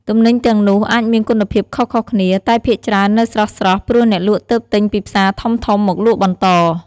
ទំនិញទាំងនោះអាចមានគុណភាពខុសៗគ្នា តែភាគច្រើននៅស្រស់ៗ ព្រោះអ្នកលក់ទើបទិញពីផ្សារធំៗមកលក់បន្ត។